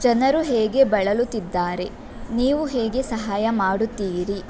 ಜನರು ಹೇಗೆ ಬಳಲುತ್ತಿದ್ದಾರೆ ನೀವು ಹೇಗೆ ಸಹಾಯ ಮಾಡುತ್ತೀರಿ